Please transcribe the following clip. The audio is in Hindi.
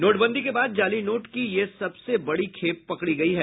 नोटबंदी के बाद जाली नोट की यह सबसे बड़ी खेप पकड़ी गयी है